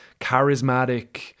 charismatic